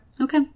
Okay